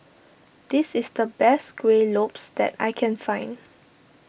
this is the best Kueh Lopes that I can find